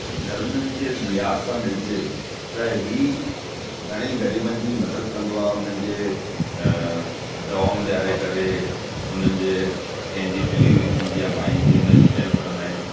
धर्म जे लिहाज़ सां ॾिसजे त हीअ घणेई ग़रीबनि जी मदद कंदो आहे उनजे दवाऊं ॾेयारे करे उनजे कंहिंजी डिलीवरी थींदी आहे माई जी उनजी हैल्प कंदा आहिनि